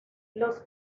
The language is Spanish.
los